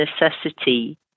necessity